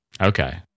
Okay